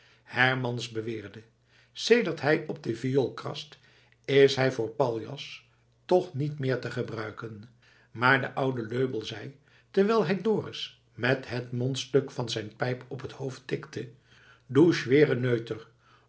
hermans beweerde sedert hij op de viool krast is hij voor paljas toch niet meer te gebruiken maar de oude löbell zei terwijl hij dorus met het mondstuk van zijn pijp op t hoofd tikte doe schwerenöther